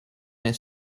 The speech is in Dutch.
hij